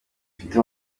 mfite